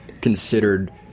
considered